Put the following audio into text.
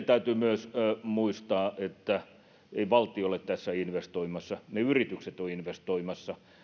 täytyy myös muistaa että ei valtio ole tässä investoimassa yritykset ovat investoimassa